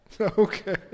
Okay